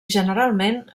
generalment